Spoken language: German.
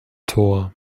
tor